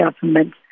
government